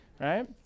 right